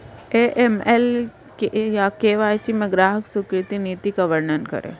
AML या KYC में ग्राहक स्वीकृति नीति का वर्णन करें?